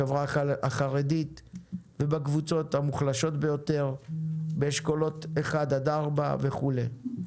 בחברה החרדית ובקבוצות המוחלשות ביותר באשכולות אחד עד ארבע וכולי.